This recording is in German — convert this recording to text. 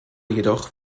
jedoch